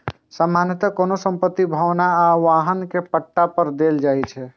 सामान्यतः कोनो संपत्ति, भवन आ वाहन कें पट्टा पर देल जाइ छै